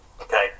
Okay